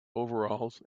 overalls